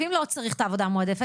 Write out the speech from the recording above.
ואם לא צריך את העבודה המועדפת,